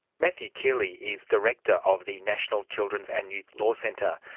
matthew keeley is director of the national children's and youth law centre,